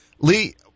Lee